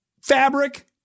fabric